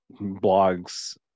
blogs